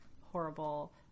horrible